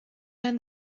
down